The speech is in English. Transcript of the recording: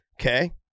okay